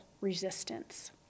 resistance